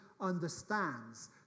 understands